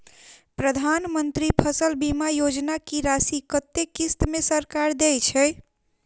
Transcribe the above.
प्रधानमंत्री फसल बीमा योजना की राशि कत्ते किस्त मे सरकार देय छै?